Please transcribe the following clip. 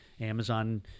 Amazon